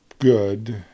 good